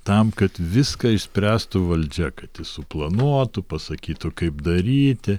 tam kad viską išspręstų valdžia kad ji suplanuotų pasakytų kaip daryti